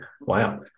Wow